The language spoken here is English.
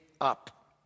up